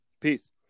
Peace